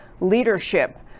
leadership